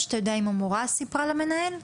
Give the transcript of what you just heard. האם אתה יודע שהמורה סיפרה למנהל?